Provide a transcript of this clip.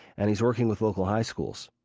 and he's working with local high schools.